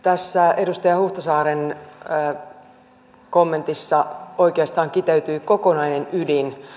tässä edustaja huhtasaaren kommentissa oikeastaan kiteytyy kokonainen ydin